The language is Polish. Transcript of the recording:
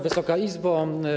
Wysoka Izbo!